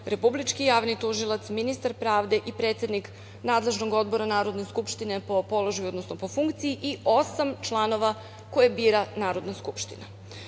Republički javni tužilac, ministar pravde i predsednik nadležnog odbora Narodne skupštine po položaju, odnosno po funkciji i osam članova koje bira Narodna skupština. Ove